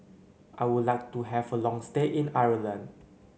I would like to have a long stay in Ireland